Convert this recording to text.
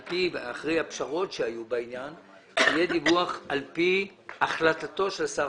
אחרי הפשרות שהיו בעניין, על פי החלטתו של שר